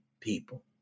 people